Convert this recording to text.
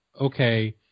okay